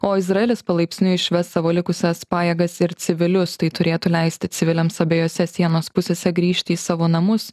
o izraelis palaipsniui išves savo likusias pajėgas ir civilius tai turėtų leisti civiliams abiejose sienos pusėse grįžti į savo namus